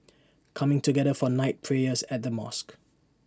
coming together for night prayers at the mosque